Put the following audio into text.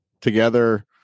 together